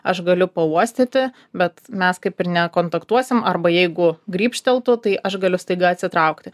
aš galiu pauostyti bet mes kaip ir nekontaktuosim arba jeigu grybšteltų tai aš galiu staiga atsitraukti